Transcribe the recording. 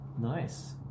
Nice